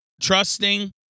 Trusting